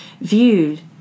viewed